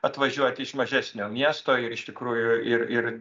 atvažiuot iš mažesnio miesto ir iš tikrųjų ir ir